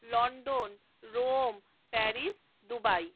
London Rome Paris Dubai